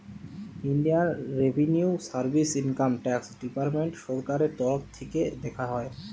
Indian revenue service income tax department সরকারের তরফ থিকে দেখা হয়